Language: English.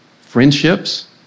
friendships